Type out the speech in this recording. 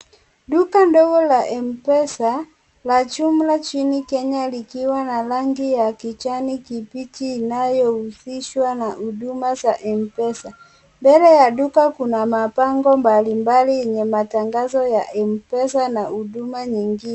Duka ndogo la Mpesa la jumla chini Kenya likiwa na rangi ya kijani kibichi inayohusishwa na huduma za mpesa, mbele ya duka kuna mabango mbali mbali yenye matangazo ya Mpesa na huduma nyingine.